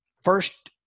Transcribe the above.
first